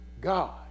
God